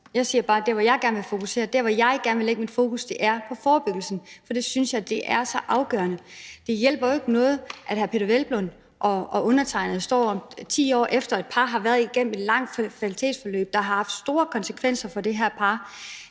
siger bare, at det, jeg gerne vil fokusere på, der, hvor jeg gerne vil lægge mit fokus, er på forebyggelsen, for det synes jeg er så afgørende. Det hjælper jo ikke noget, at hr. Peder Hvelplund og undertegnede står her 10 år efter, at et par har været igennem et langt fertilitetsforløb, der har haft store konsekvenser for det her par